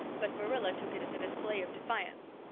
but marilla took it as a display of defiance.